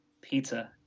Pizza